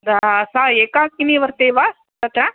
सा सा एकाकिनी वर्तते वा तथा